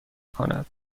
کند